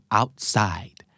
outside